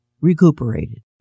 recuperated